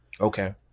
Okay